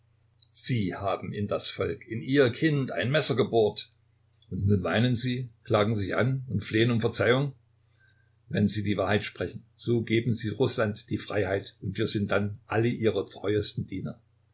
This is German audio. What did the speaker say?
sie haben in das volk in ihr kind ein messer gebohrt und nun weinen sie klagen sich an und flehen um verzeihung wenn sie die wahrheit sprechen so geben sie rußland die freiheit und wir sind dann alle ihre treuesten diener